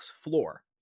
floor